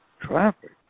Traffic